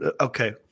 Okay